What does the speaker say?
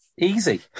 Easy